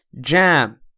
Jam